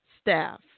staff